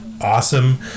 awesome